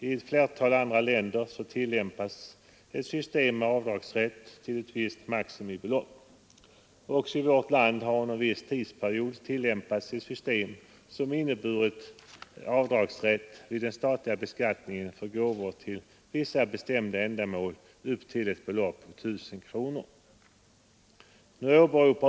I ett flertal andra länder tillämpas ett system med rätt till avdrag till ett visst maximibelopp. Också i vårt land har under en viss tidsperiod tillämpats ett system som inneburit rätt till avdrag vid den statliga beskattningen för gåvor till vissa bestämda ändamål upp till ett belopp av 1 000 kronor.